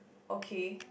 okay